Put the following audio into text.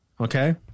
Okay